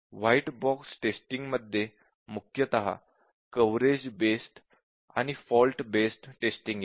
white box testing मध्ये मुख्यतः coverage based आणि फॉल्ट बेस्ड टेस्टिंग येते